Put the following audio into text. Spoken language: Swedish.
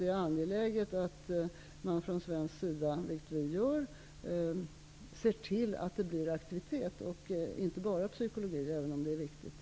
Det är angeläget att från svensk sida, vilket vi gör, se till att det blir aktivitet och inte bara psykologi, även om psykologin är viktig.